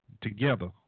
together